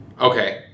Okay